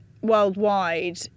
worldwide